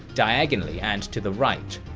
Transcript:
diagonally and to the right.